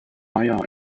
meyer